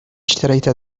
اشتريت